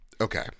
Okay